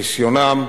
ניסיונם,